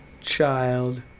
child